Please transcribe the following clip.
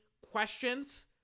questions